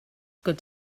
good